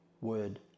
word